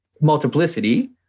multiplicity